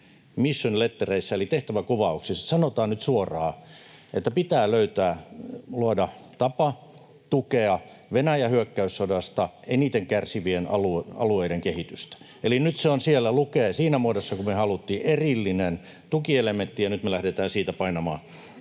mission lettereissä eli tehtävänkuvauksissa sanotaan nyt suoraan, että pitää löytää ja luoda tapa tukea Venäjän hyökkäyssodasta eniten kärsivien alueiden kehitystä. Eli nyt se on siellä ja lukee siinä muodossa kuin me haluttiin, erillinen tukielementti, ja nyt me lähdetään siitä painamaan